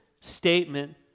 statement